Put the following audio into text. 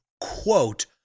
quote